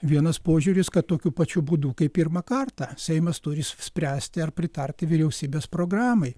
vienas požiūris kad tokiu pačiu būdu kaip pirmą kartą seimas turi spręsti ar pritarti vyriausybės programai